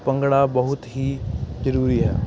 ਭੰਗੜਾ ਬਹੁਤ ਹੀ ਜ਼ਰੂਰੀ ਹੈ